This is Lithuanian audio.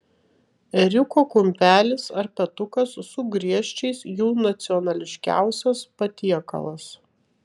ėriuko kumpelis ar petukas su griežčiais jų nacionališkiausias patiekalas